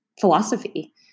philosophy